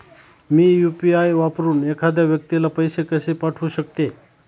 मी UPI वापरून एखाद्या व्यक्तीला पैसे कसे पाठवू शकते?